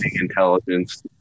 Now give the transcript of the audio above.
intelligence